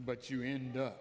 but you end up